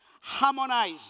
harmonize